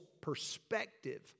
perspective